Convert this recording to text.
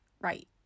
right